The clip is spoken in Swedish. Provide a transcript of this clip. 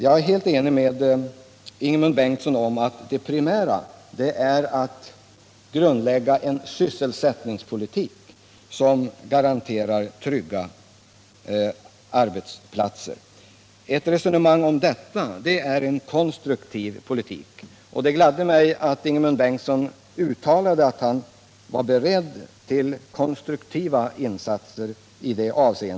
Jag är helt enig med Ingemund Bengtsson om att det primära är att grundlägga en sysselsättningspolitik som garanterar trygga arbetsplatser. I Detta resonemang är konstruktivt. Det gladde mig att Ingemund Bengtsson uttalade att han är beredd till konstruktiva insatser.